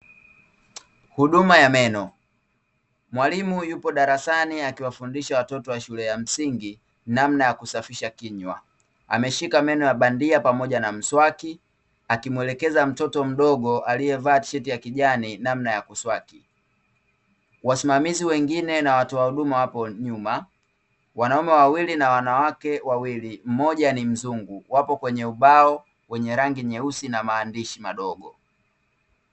Huduma ya meno; Mwalimu yupo darasani akiwafundisha watoto wa shule ya msingi namna ya kusafisha kinywa. Ameshika meno ya bandia pamoja na mswaki, akimwelekeza mtoto mdogo aliyevaa tisheti ya kijani namna ya kuswaki. Wasimamizi wengine na watoa huduma wapo nyuma, wanaume wawili na wanawake wawili, mmoja ni mzungu. Wapo kwenye ubao wenye rangi nyeusi na maandishi madogo.